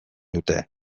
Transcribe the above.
dute